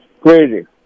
Crazy